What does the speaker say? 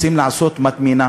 רוצים לעשות מטמנה.